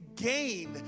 Gain